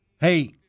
Hey